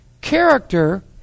Character